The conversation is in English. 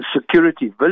Security